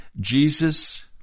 Jesus